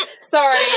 sorry